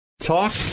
talk